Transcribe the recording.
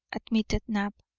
admitted knapp.